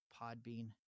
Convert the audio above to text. Podbean